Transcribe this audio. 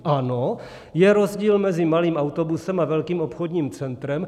Ano, je rozdíl mezi malým autobusem a velkým obchodním centrem.